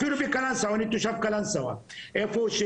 אפילו בקלנסווה, אני תושב קלנסווה, אותו